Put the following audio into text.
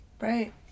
Right